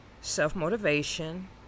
self-motivation